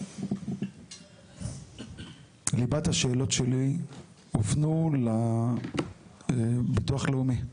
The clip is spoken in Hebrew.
ליבת השאלות שלי הופנו לביטוח הלאומי.